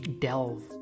Delve